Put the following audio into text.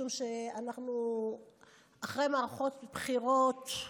משום שאנחנו אחרי מערכות בחירות,